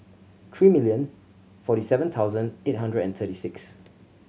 three million forty seven thousand eight hundred and thirty six